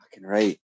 right